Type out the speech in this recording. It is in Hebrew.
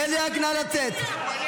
בליאק, נא לצאת.